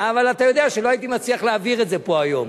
אבל אתה יודע שלא הייתי מצליח להעביר את זה פה היום.